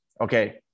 Okay